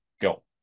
go